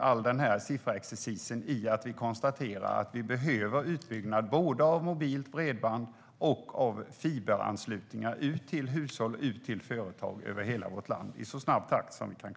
All denna sifferexercis mynnar ut i att vi kan konstatera att vi behöver utbyggnad av både mobilt bredband och fiberanslutningar ut till hushåll och företag i hela vårt land i snabbast möjliga takt.